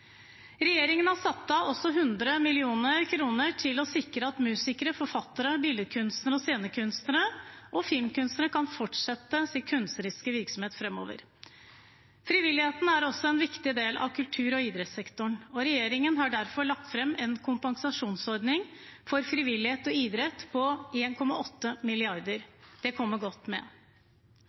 Regjeringen har også satt av 100 mill. kr til å sikre at musikere, forfattere, billedkunstnere, scenekunstnere og filmkunstnere kan fortsette sin kunstneriske virksomhet framover. Frivilligheten er også en viktig del av kultur- og idrettssektoren, og regjeringen har derfor lagt fram en kompensasjonsordning for frivillighet og idrett på 1,8 mrd. kr. Det kommer godt med.